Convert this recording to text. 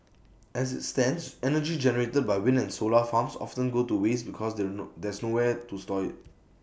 as IT stands energy generated by wind and solar farms often goes to waste because there no there's nowhere to store IT